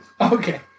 Okay